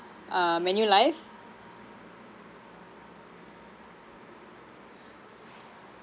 uh manulife